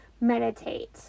meditate